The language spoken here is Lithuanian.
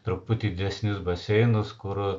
truputį didesnius baseinus kur